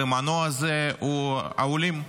והמנוע הזה הוא העולים.